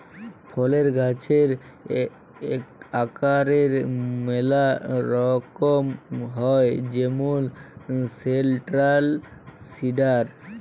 ফলের গাহাচের আকারের ম্যালা রকম হ্যয় যেমল সেলট্রাল লিডার